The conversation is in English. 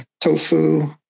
tofu